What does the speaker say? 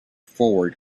forward